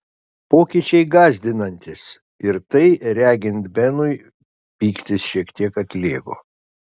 pokyčiai gąsdinantys ir tai regint benui pyktis šiek tiek atlėgo